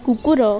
କୁକୁର